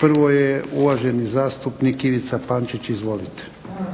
Prvo je uvaženi zastupnik Ivica Pančić. Izvolite.